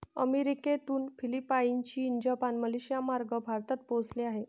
अमेरिकेतून फिलिपाईन, चीन, जपान, मलेशियामार्गे भारतात पोहोचले आहे